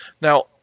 Now